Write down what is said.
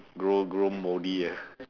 grow grow moldy ah